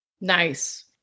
Nice